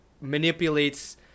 manipulates